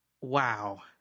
wow